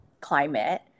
climate